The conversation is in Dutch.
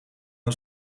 een